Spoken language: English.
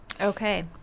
Okay